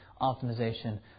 optimization